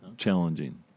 challenging